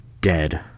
dead